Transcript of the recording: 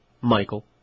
Michael